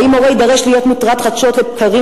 האם הורה יידרש להיות מוטרד חדשות לבקרים